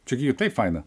čia gi taip faina